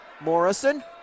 morrison